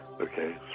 okay